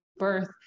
birth